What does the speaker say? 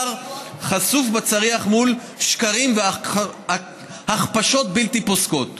חשוף בצריח מול שקרים והכפשות בלתי פוסקות.